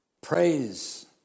praise